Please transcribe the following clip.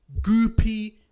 goopy